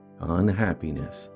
unhappiness